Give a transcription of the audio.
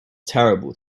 terrible